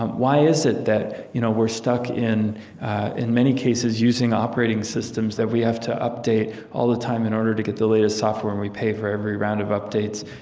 why is it that you know we're stuck, in in many cases, using operating systems that we have to update all the time in order to get the latest software, and we pay for every round of updates,